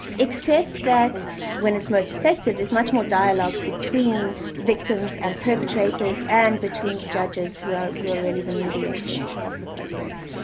except that when it's most effective there's much more dialogue between victims and perpetrators and between the judges who are who are really the mediators of the process.